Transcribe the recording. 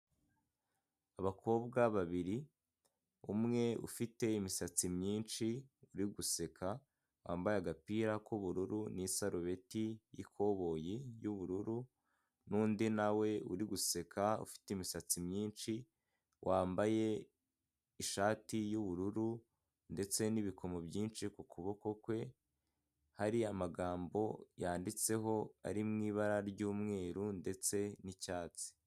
Abakobwa babiri umwe ufite imisatsi myinshi uri guseka wambaye agapira k'ubururu n'isarubeti yikoboyi y'ubururu n'undi nawe uri guseka ufite imisatsi myinshi wambaye ishati y'ubururu ndetse n'ibikomo byinshi ku kuboko kwe hari amagambo yanditseho ari mu ibara ry'umweru ndetse n'icyatsi.